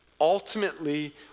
ultimately